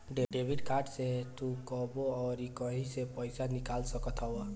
debit card से तू कबो अउरी कहीं से पईसा निकाल सकत हवअ